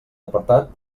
apartat